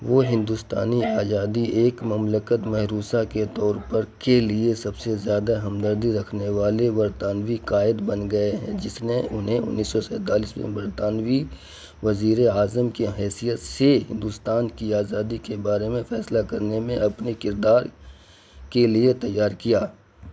وہ ہندوستانی آزادی ایک مملکت محروسہ کے طور پر کے لیے سب سے زیادہ ہمدردی رکھنے والے برطانوی قائد بن گئے ہیں جس نے انہیں انیس سو سینتالیس میں برطانوی وزیر اعظم کی حیثیت سے ہندوستان کی آزادی کے بارے میں فیصلہ کرنے میں اپنے کردار کے لیے تیار کیا